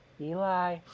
Eli